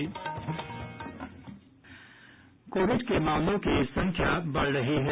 Covid के मामलों की संख्या बढ़ रही है